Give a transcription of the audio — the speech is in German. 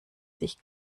sich